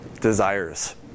desires